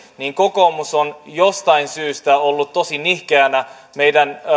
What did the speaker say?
kokoomus on jostain syystä ollut tosi nihkeänä meidän